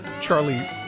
Charlie